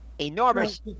enormous